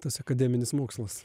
tas akademinis mokslas